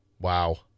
Wow